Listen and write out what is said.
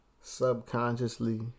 subconsciously